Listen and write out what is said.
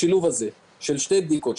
השילוב של שתי בדיקות מאפשר,